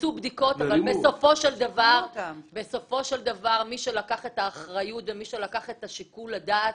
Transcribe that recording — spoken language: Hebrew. נעשו בדיקות ובסופו של דבר מי שלקח את האחריות ומי שלקח את שיקול הדעת,